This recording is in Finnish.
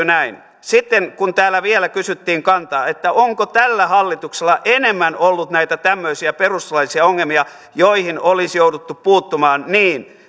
näin sitten kun täällä vielä kysyttiin kantaa että onko tällä hallituksella enemmän ollut näitä tämmöisiä perustuslaillisia ongelmia joihin olisi jouduttu puuttumaan niin